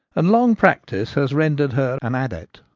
and long practice has rendered her an adept.